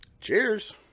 Cheers